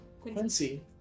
Quincy